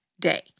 day